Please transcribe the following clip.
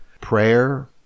Prayer